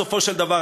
בסופו של דבר,